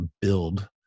build